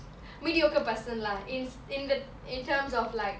mediocre person lah is in in terms of like